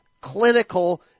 clinical